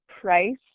price